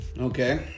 Okay